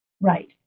Right